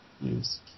Yes